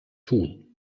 tun